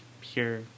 pure